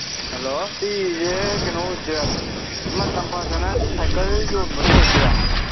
hello ꯁꯤꯁꯦ ꯀꯩꯅꯣ ꯑꯣꯏꯗꯣꯏꯔꯥ ꯑꯃ ꯇꯝꯐꯥꯁꯅꯥ ꯁꯥꯏꯀꯜ ꯌꯣꯟꯕꯗꯣ ꯑꯣꯏꯗꯣꯏꯔꯥ